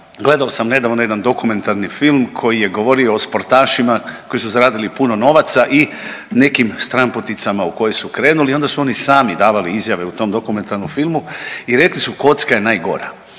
gledao sam nedavno jedan dokumentarni film koji je govorio o sportašima koji su zaradili puno novaca i nekim stranputicama u koje su krenuli i onda su oni sami davali izjave u tom dokumentarnom filmu i rekli su kocka je najgora,